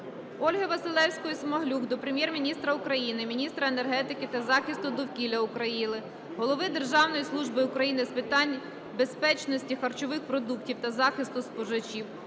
Ольги Василевської-Смаглюк до Прем'єр-міністра України, міністра енергетики та захисту довкілля України, голови Державної служби України з питань безпечності харчових продуктів та захисту споживачів,